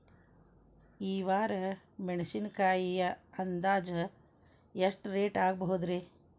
ಈ ವಾರ ಮೆಣಸಿನಕಾಯಿ ಅಂದಾಜ್ ಎಷ್ಟ ರೇಟ್ ಆಗಬಹುದ್ರೇ?